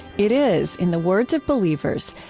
it is, in the words of believers,